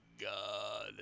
god